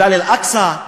בגלל אל-אקצא,